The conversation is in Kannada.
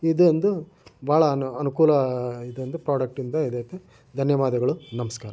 ಇದೊಂದು ಭಾಳ ಅನುಕೂಲ ಇದೊಂದು ಪ್ರಾಡಕ್ಟ್ಯಿಂದ ಇದೈತೆ ಧನ್ಯವಾದಗಳು ನಮಸ್ಕಾರ